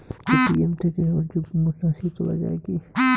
ATM থেকে অযুগ্ম রাশি তোলা য়ায় কি?